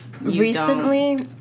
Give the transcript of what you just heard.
recently